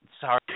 Sorry